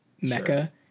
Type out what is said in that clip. mecca